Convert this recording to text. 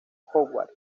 howard